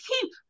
keep